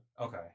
Okay